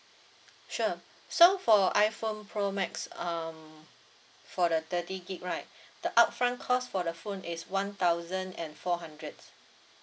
sure so for iphone pro max um for the thirty gig right the upfront cost for the phone is one thousand and four hundred